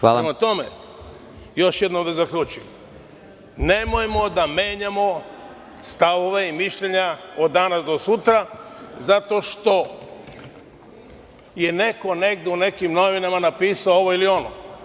Prema tome, još jednom da zaključim, nemojmo da menjamo stavove i mišljenja od danas do sutra, zato što je neko negde u nekim novinama napisao ovo ili ono.